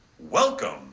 Welcome